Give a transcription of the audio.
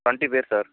twenty பேர் sir